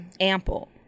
Ample